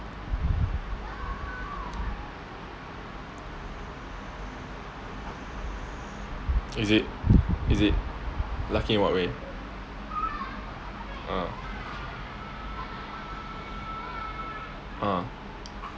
is it is it lucky in what way uh uh